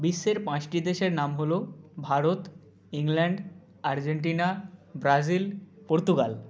বিশ্বের পাঁচটি দেশের নাম হল Bharat England Argentina Brazil Portugal